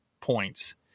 points